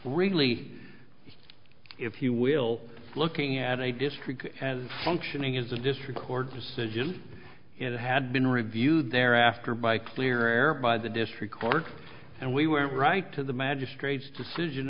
really if you will looking at a district as functioning as the district court decision it had been reviewed thereafter by clear air by the district court and we went right to the magistrate's decision